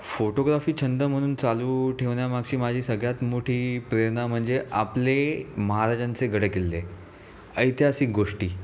photography छंद म्हणून चालू ठेवण्यामागची माझी सगळ्यात मोठी प्रेरणा म्हणजे आपले महाराजांचे गडकिल्ले ऐतिहासिक गोष्टी